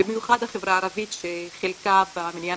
במיוחד החברה הערבית שחלקה במניין